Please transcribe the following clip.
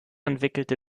entwickelte